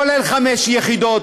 כולל חמש יחידות,